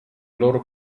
loro